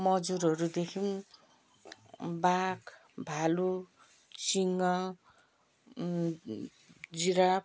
मजुरहरू देख्यौँ बाघ भालु सिँह जिराफ